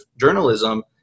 journalism